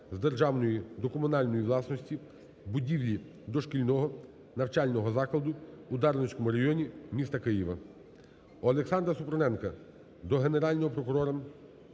з державної до комунальної власності будівлі дошкільного навчального закладу у Дарницькому районі міста Києва. Олександра Супруненка до генерального директора